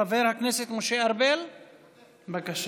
חבר הכנסת משה ארבל, בבקשה.